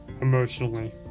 emotionally